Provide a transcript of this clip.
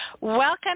Welcome